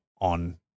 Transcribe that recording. on